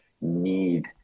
need